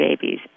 babies